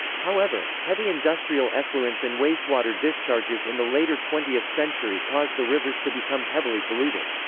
however, heavy industrial effluents and wastewater discharges in the later twentieth century caused the rivers to become heavily polluted.